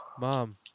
Mom